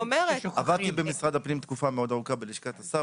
עבדתי במשרד הפנים תקופה מאוד ארוכה בלשכת השר,